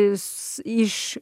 jus iš